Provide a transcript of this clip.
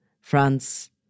France